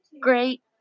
great